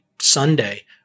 Sunday